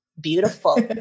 beautiful